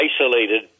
isolated